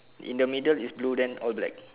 in the middle is blue then all black